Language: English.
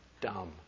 Dumb